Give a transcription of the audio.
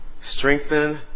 strengthen